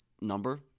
number